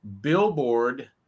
billboard